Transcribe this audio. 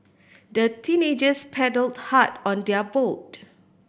the teenagers paddled hard on their boat